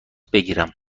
بگیرم